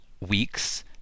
weeks